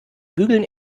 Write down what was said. bügeln